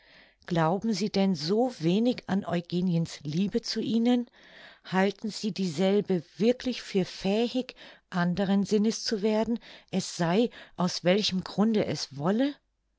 glauben sie denn so wenig an eugeniens liebe zu ihnen halten sie dieselbe wirklich für fähig anderen sinnes zu werden es sei aus welchem grunde es wolle